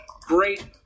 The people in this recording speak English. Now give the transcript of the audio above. great